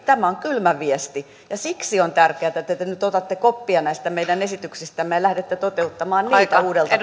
tämä on kylmä viesti siksi on tärkeätä että te te nyt otatte koppia näistä meidän esityksistämme ja lähdette toteuttamaan niitä uudelta